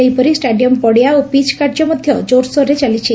ସେହିପରି ଷ୍ଟାଡିୟମ ପଡ଼ିଆ ଓ ପିଚ୍ କାର୍ଯ୍ୟ ମଧ୍ଧ ଜୋର୍ସୋର୍ରେ ଚାଲିଛି